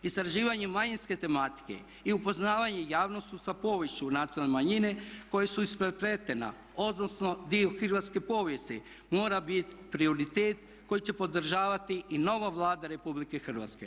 Istraživanjem manjinske tematike i upoznavanje javnosti sa poviješću nacionalne manjine koja su isprepletena, odnosno dio hrvatske povijesti mora biti prioritet koji će podržavati i nova Vlada RH.